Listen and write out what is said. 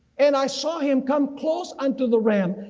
and i saw him come close onto the ram,